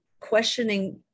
Questioning